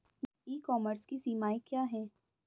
ई commerce की सीमाएं क्या हैं?